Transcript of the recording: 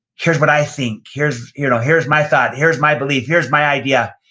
here's what i think. here's you know here's my thought, here's my belief, here's my idea.